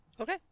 Okay